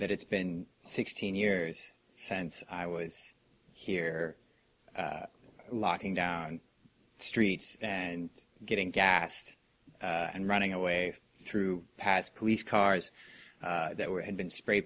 that it's been sixteen years since i was here locking down streets and getting gassed and running away through past police cars that were had been spray